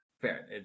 Fair